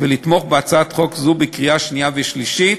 ולתמוך בהצעת חוק זו בקריאה השנייה והשלישית.